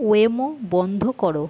Waymo বন্ধ করো